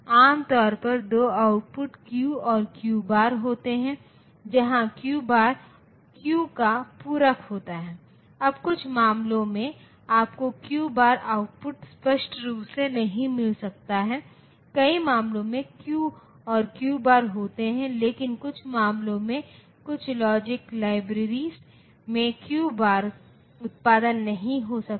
आम तौर पर दो आउटपुट क्यू और क्यू बार होते हैं जहां क्यू बार क्यू का पूरक होता है अब कुछ मामलों में आपको क्यू बार आउटपुट स्पष्ट रूप से नहीं मिल सकता है कई मामलों में क्यू और क्यू बार होते हैं लेकिन कुछ मामलों में कुछ लॉजिक लाइब्रेरी में क्यू बार उत्पादन नहीं हो सकती हैं